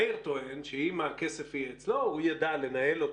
מאיר טוען שאם הכסף יהיה אצלו, הוא ידע לנהל אותו.